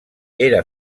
era